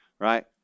Right